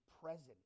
present